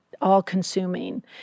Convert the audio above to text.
all-consuming